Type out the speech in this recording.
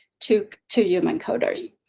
two to your mind coders.